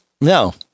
No